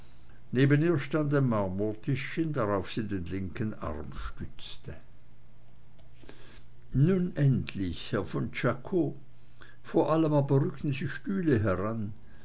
neben ihr stand ein marmortischchen drauf sie den linken arm stützte nun endlich herr von czako vor allem aber rücken sie stühle heran